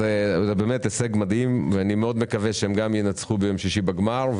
זה באמת הישג מדהים ואני מאוד מקווה שהם גם ינצחו ביום שישי בגמר,